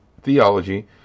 theology